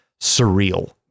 surreal